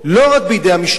לא רק בידי המשטרה,